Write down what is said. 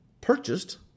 purchased